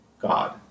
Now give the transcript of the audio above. God